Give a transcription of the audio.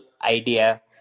idea